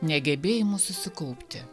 negebėjimu susikaupti